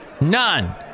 None